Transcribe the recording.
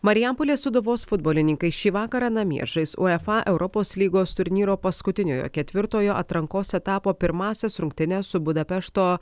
marijampolės sūduvos futbolininkai šį vakarą namie žais uefa europos lygos turnyro paskutiniojo ketvirtojo atrankos etapo pirmąsias rungtynes su budapešto